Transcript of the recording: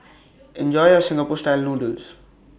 Enjoy your Singapore Style Noodles